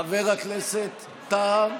חבר הכנסת טאהא,